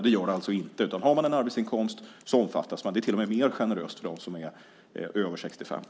Det gör det alltså inte. Har man en arbetsinkomst omfattas man av jobbavdraget. Det är till och med mer generöst för dem som är över 65 år.